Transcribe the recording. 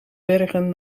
bergen